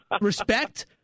Respect